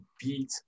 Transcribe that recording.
beat